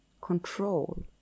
control